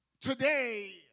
Today